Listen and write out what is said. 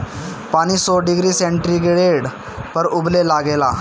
पानी सौ degree centigrade पर उबले लागेला